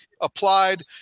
applied